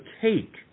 take